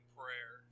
prayer